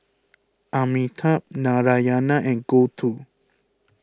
Amitabh Narayana and Gouthu